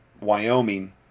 Wyoming